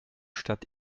stadt